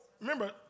remember